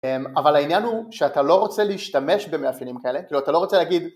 אבל העניין הוא שאתה לא רוצה להשתמש במאפיינים כאלה, כאילו אתה לא רוצה להגיד